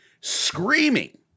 screaming